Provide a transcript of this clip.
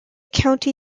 county